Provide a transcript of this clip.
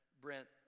Brent